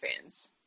fans